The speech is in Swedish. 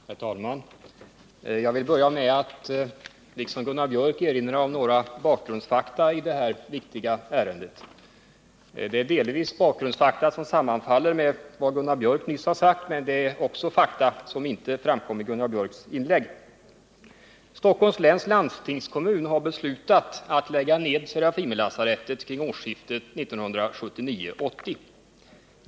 Herr talman! Jag vill börja med att liksom Gunnar Biörck i Värmdö erinra om några bakgrundsfakta i det här viktiga ärendet. Det är bakgrundsfakta som delvis sammanfaller med vad Gunnar Biörck nyss har sagt, men det är också fakta som inte berördes i hans anförande. Stockholms läns landstingskommun har beslutat att lägga ned Serafimerlasarettet vid årsskiftet 1979-1980.